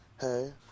Hey